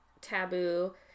taboo